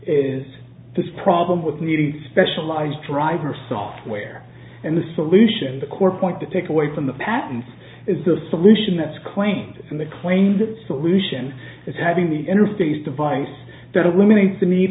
is this problem with needing specialized driver software and the solution the core point to take away from the patent is the solution that's claimed in the claim the solution is having the interface device that are limiting the need